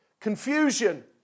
confusion